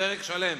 פרק שלם,